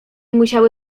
musiały